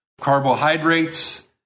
carbohydrates